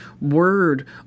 Word